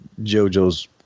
jojo's